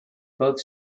both